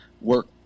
work